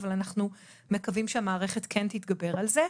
אבל אנחנו מקווים שהמערכת כן תתגבר על זה.